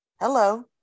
Hello